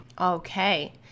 Okay